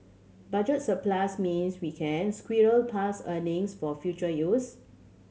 budget surplus means we can squirrel past earnings for future use